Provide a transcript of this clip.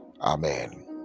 Amen